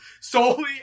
Solely